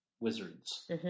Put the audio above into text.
wizards